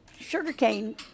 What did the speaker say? sugarcane